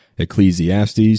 Ecclesiastes